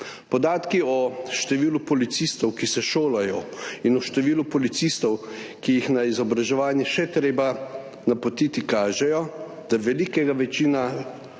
Podatki o številu policistov, ki se šolajo, in o številu policistov, ki jih je na izobraževanje še treba napotiti, kažejo, da velika večina